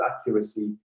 accuracy